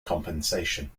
compensation